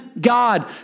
God